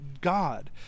God